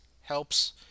helps